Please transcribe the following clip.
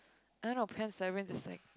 I don't know Pan's Labyrinth is like